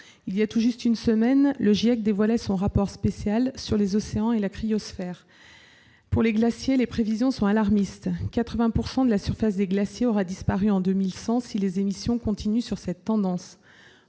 Il y a tout juste une semaine, le GIEC dévoilait son rapport spécial sur les océans et la cryosphère. Pour les glaciers, les prévisions sont alarmistes : 80 % de la surface des glaciers aura disparu en 2100 si les émissions continuent sur cette tendance.